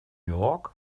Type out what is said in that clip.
york